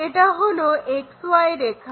এটা হলো XY রেখা